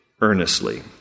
earnestly